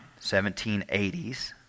1780s